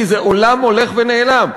כי זה עולם הולך ונעלם.